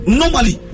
normally